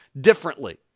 differently